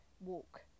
walk